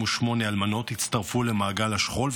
208 אלמנות הצטרפו למעגל השכול,